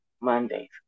Monday's